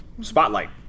spotlight